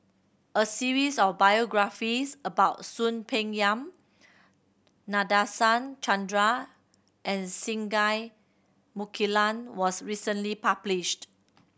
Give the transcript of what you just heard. a series of biographies about Soon Peng Yam Nadasen Chandra and Singai Mukilan was recently published